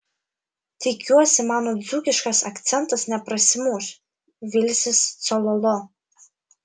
tikiuosi mano dzūkiškas akcentas neprasimuš vilsis cololo